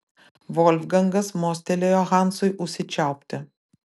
volfgangas mostelėjo hansui užsičiaupti